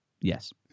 Yes